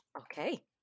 Okay